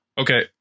Okay